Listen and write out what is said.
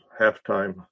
halftime